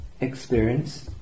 experience